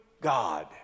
God